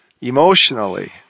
emotionally